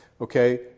Okay